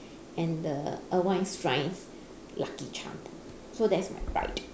and the err white striped lucky charm so that's my right